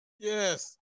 Yes